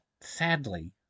Sadly